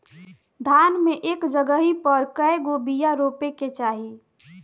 धान मे एक जगही पर कएगो बिया रोपे के चाही?